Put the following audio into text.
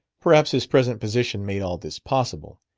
perhaps his present position made all this possible.